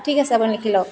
ঠিক আছে আপুনি লিখি লওক